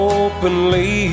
openly